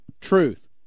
truth